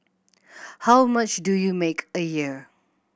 how much do you make a year